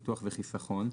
ביטוח וחיסכון,